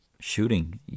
shooting